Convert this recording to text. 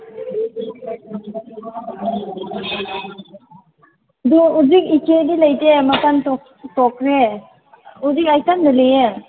ꯑꯗꯣ ꯍꯧꯖꯤꯛ ꯏꯆꯦꯗꯤ ꯂꯩꯇꯦ ꯃꯊꯟ ꯊꯣꯛꯈ꯭ꯔꯦ ꯍꯧꯖꯤꯛ ꯑꯩ ꯏꯊꯟꯇ ꯂꯩꯌꯦ